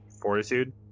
Fortitude